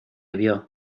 vio